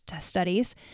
studies